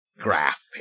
graph